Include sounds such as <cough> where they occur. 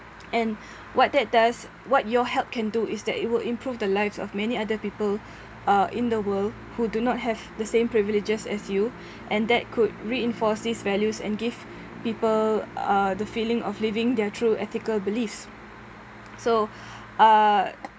and what that does what your help can do is that it will improve the lives of many other people <breath> uh in the world who do not have the same privileges as you <breath> and that could reinforce these values and give people uh the feeling of living their true ethical beliefs so <breath> uh